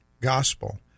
gospel